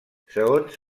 segons